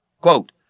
quote